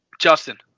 Justin